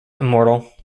immortal